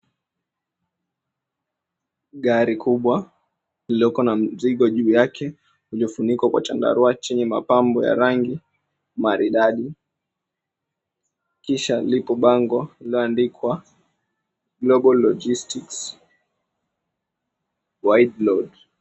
Gari kubwa liliko na mzigo juu yake uliofunikwa kwa chandarua chenye mapambo ya rangi maridadi. Kisha liko bango lililoandikwa, Global Logistics, Wideload.